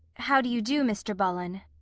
how do you do, mr. bullen?